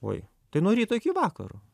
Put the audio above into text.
oi tai nuo ryto iki vakaro